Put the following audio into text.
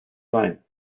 sein